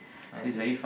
I see